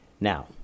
Now